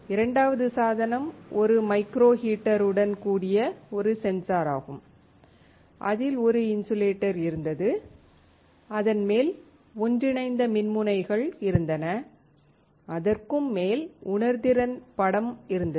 இரண்டாவது சாதனம் ஒரு மைக்ரோ ஹீட்டருடன் கூடிய ஒரு சென்சார் ஆகும் அதில் ஒரு இன்சுலேட்டர் இருந்தது அதன்மேல் ஒன்றிணைந்த மின்முனைகள் இருந்தன அதற்கும் மேல் உணர்திறன் படம் இருந்தது